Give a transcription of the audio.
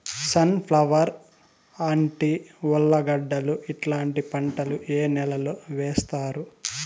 Sun flower, అంటి, ఉర్లగడ్డలు ఇలాంటి పంటలు ఏ నెలలో వేస్తారు?